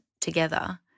together